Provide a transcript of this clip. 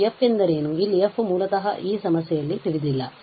ಮತ್ತು f ಎಂದರೇನು ಇಲ್ಲಿ f ಮೂಲತಃ ಈ ಸಮಸ್ಯೆಯಲ್ಲಿ ತಿಳಿದಿಲ್ಲ